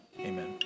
amen